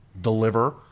deliver